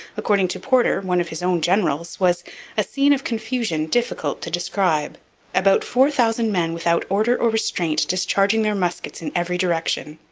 according to porter, one of his own generals, was a scene of confusion difficult to describe about four thousand men without order or restraint discharging their muskets in every direction